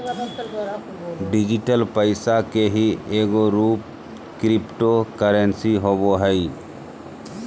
digital पैसा के ही एगो रूप क्रिप्टो करेंसी होवो हइ